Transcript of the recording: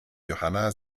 johanna